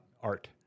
art